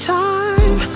time